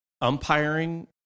umpiring